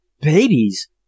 Babies